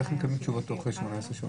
אז איך הם מקבלים תשובה תוך 18 שעות.